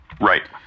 Right